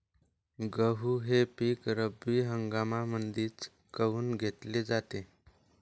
गहू हे पिक रब्बी हंगामामंदीच काऊन घेतले जाते?